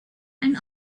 and